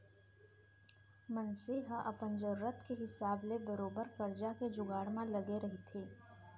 मनसे ह अपन जरुरत के हिसाब ले बरोबर करजा के जुगाड़ म लगे रहिथे